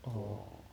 orh